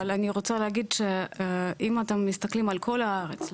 אבל אני רוצה להגיד שאם אתם מסתכלים על כל הארץ,